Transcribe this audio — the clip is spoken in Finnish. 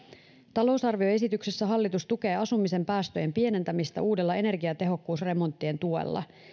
talousarvioesityksessä hallitus tukee asumisen päästöjen pienentämistä uudella energiatehokkuusremonttien tuella